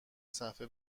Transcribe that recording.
صفحه